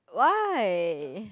why